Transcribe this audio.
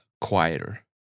quieter